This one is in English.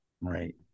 Right